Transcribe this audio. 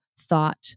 thought